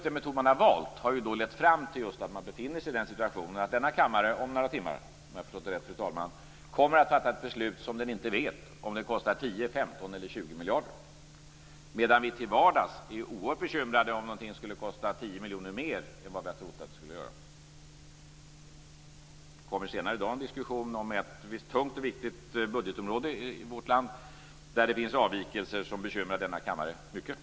Den metod man har valt har lett fram till att man befinner sig i den situationen att denna kammare om några timmar, om jag förstått det rätt, kommer att fatta ett beslut där den inte vet om det kostar 10, 15 eller 20 miljarder, medan vi till vardags är oerhört bekymrade om någonting skulle kosta 10 miljoner mer än vad vi har trott att det skulle göra. Det kommer senare i dag en diskussion om ett tungt viktigt budgetområde i vårt land där det finns avvikelser som bekymrar denna kammare mycket.